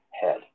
head